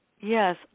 Yes